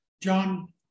John